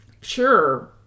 sure